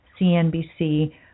CNBC